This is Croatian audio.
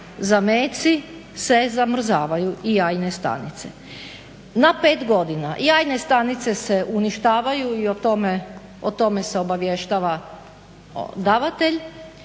zameci se zamrzavaju i jajne stanice na pet godina. Jajne stanice se uništavaju i o tome se obavještava davatelj,